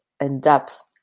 in-depth